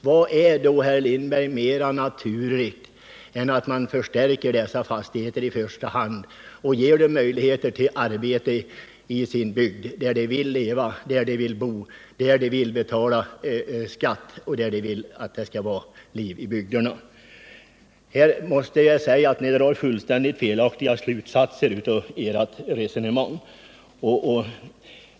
Vad är då, herr Lindberg, mera naturligt än att förstärka dessa fastigheter i första hand och skapa möjligheter till arbete åt människorna i deras egen bygd, där de vill leva och bo, där de betalar skatt och där de vill att det skall vara liv? Jag måste säga att ni drar fullständigt felaktiga slutsatser av era resonemang.